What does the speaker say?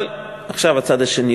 אבל עכשיו הצד השני.